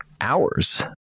hours